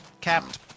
capped